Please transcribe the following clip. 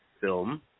film